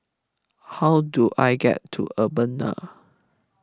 how do I get to Urbana